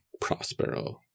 Prospero